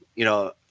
you know,